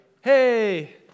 hey